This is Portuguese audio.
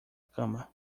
cama